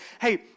hey